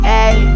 Hey